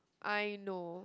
I know